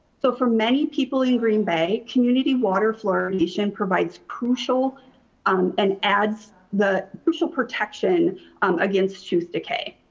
so for many people in green bay, community water fluoridation provides crucial um and adds the crucial protection against tooth decay.